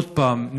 עוד פעם,